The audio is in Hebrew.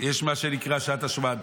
יש מה שנקרא שעת השמד,